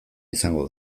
izango